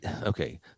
okay